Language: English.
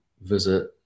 visit